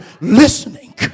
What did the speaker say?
listening